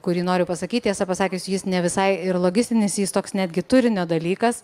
kurį noriu pasakyt tiesą pasakius jis ne visai ir logistinis jis toks netgi turinio dalykas